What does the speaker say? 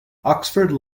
oxford